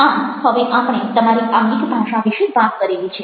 આમ હવે આપણે તમારી આંગિક ભાષા વિશે વાત કરેલી છે